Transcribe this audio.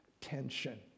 tension